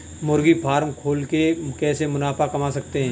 मुर्गी फार्म खोल के कैसे मुनाफा कमा सकते हैं?